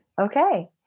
Okay